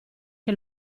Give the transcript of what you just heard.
che